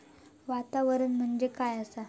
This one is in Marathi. वातावरण म्हणजे काय आसा?